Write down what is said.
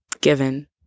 given